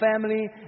family